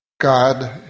God